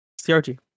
crg